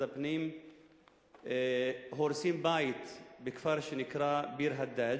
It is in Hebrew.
הפנים הורסים בית בכפר שנקרא ביר-הדאג'.